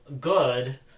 good